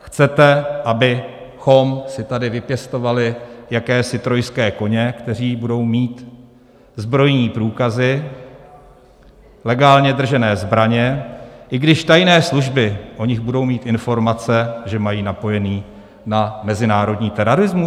Chcete, abychom si tady vypěstovali jakési trojské koně, kteří budou mít zbrojní průkazy, legálně držené zbraně, i když tajné služby o nich budou mít informace, že mají napojení na mezinárodní terorismus?